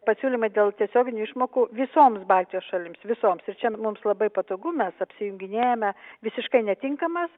pasiūlymai dėl tiesioginių išmokų visoms baltijos šalims visoms ir čia mums labai patogu mes apsijunginėjame visiškai netinkamas